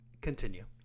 continue